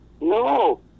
No